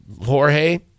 Jorge